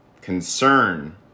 concern